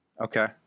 Okay